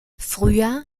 früher